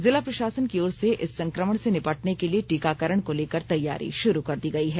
जिला प्रशासन की ओर से इस संकमण से निपटने के लिए टीकाकरण को लेकर तैयारी शुरू कर दी गई है